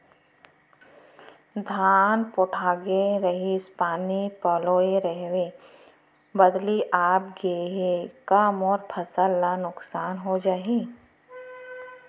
धान पोठागे रहीस, पानी पलोय रहेंव, बदली आप गे हे, का मोर फसल ल नुकसान हो जाही?